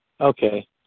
Okay